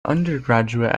undergraduate